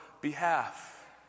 behalf